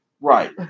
Right